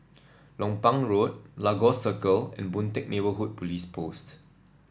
Lompang Road Lagos Circle and Boon Teck Neighbourhood Police Post